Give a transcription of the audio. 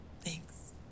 Thanks